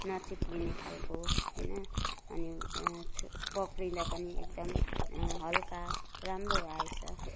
नचिप्लिने खालको होइन अनि छु पक्रिन्दा पनि एकदम हल्का राम्रो आएछ